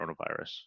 coronavirus